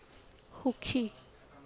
সুখী